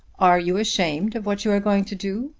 are you ashamed of what you are going to do?